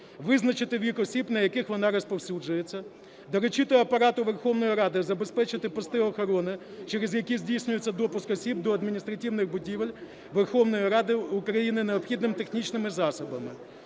визначити вік осіб, на яких вона розповсюджується. Доручити Апарату Верховної Ради забезпечити пости охорони, через які здійснюється допуск осіб до адміністративних будівель Верховної Ради, необхідними технічними засобами.